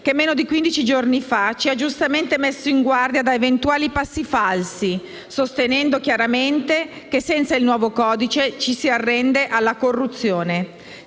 che meno di quindici giorni fa ci ha giustamente messo in guardia da eventuali passi falsi, sostenendo chiaramente che senza il nuovo codice ci si arrende alla corruzione.